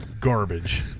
garbage